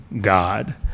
God